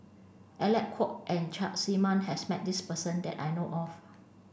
Aalec Kuok and Chak See Mun has met this person that I know of